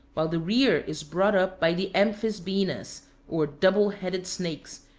while the rear is brought up by the amphisbaenas, or double-headed snakes,